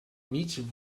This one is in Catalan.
mig